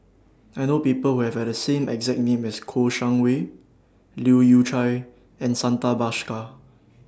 I know People Who Have The same exact name as Kouo Shang Wei Leu Yew Chye and Santha Bhaskar